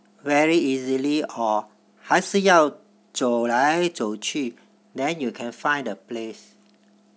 very easily or 还是要走来走去 then you can find the place